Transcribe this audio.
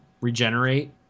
regenerate